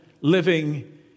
living